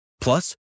Plus